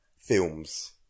films